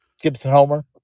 Gibson-Homer